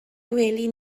gwely